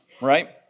Right